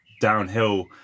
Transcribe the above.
downhill